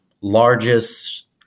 largest